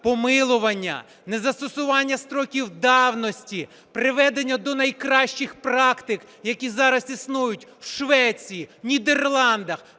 помилування, незастосування строків давності, приведення до найкращих практик, які зараз існують в Швеції, Нідерландах,